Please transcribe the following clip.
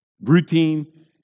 Routine